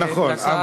נכון.